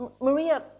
Maria